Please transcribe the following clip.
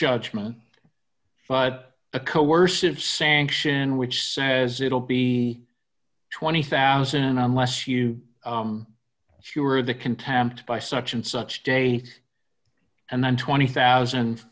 judgment but a coercive sanction which says it'll be twenty thousand unless you if you are the contempt by such and such date and then twenty thousand